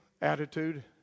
attitude